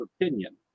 opinion